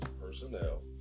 personnel